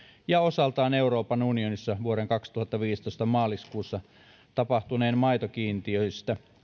ja osaltaan euroopan unionissa vuoden kaksituhattaviisitoista maaliskuussa tapahtuneesta maitokiintiöistä